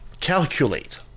calculate